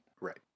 Right